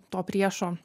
to priešo